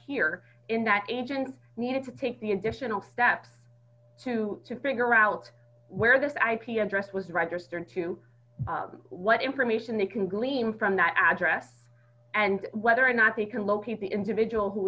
here in that agent needed to take the additional steps to figure out where this ip address was registered to what information they can glean from that address and whether or not they can locate the individual who